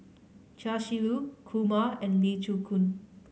Chia Shi Lu Kumar and Lee Chin Koon